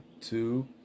two